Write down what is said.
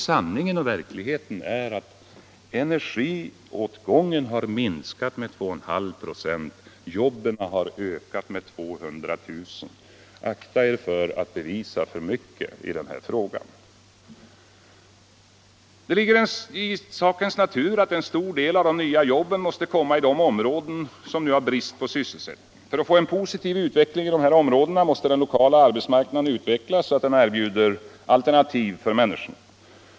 Sanningen och verkligheten är att energiåtgången har minskat med 21/2 "., jobben har ökat med 200 000. Akta er för att bevisa för mycket i den här frågan! Det ligger i sakens natur att en stor del av de nya jobben måste skapas i de områden som nu har brist på sysselsättning. För att få en positiv utveckling i dessa områden måste den lokala arbetsmarknaden utvecklas så att den erbjuder alternativ för människorna.